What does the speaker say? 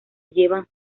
llevan